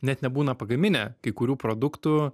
net nebūna pagaminę kai kurių produktų